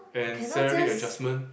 and salary adjustment